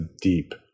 deep